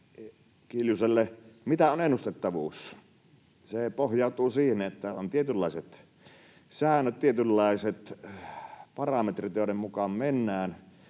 Mitä on ennustettavuus? Se pohjautuu siihen, että on tietynlaiset säännöt, tietynlaiset parametrit, joiden mukaan mennään.